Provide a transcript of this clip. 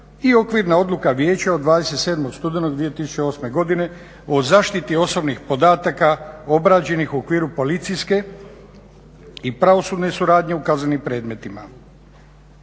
i okvirna odluka vijeća od 27. studenog 2008. godine o zaštiti osobnih podataka obrađenih u okviru policijske i pravosudne suradnje u kaznenim predmetima.